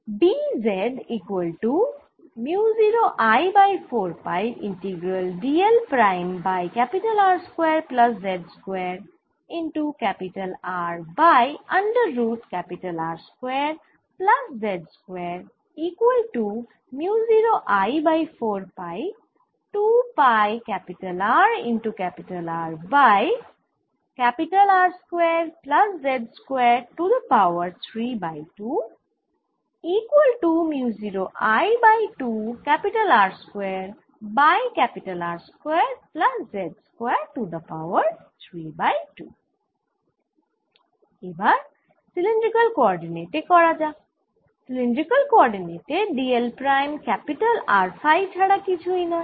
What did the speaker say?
এবার সিলিন্ড্রিকাল কোঅরডিনেটে করা যাক সিলিন্ড্রিকাল কোঅরডিনেটে d l prime R phi ছাড়া কিছুই নয়